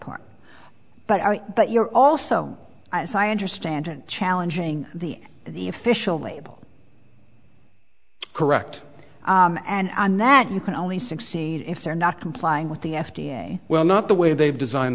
point but i but you're also as i understand challenging the the official label correct and that you can only succeed if they're not complying with the f d a well not the way they've designed